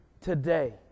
today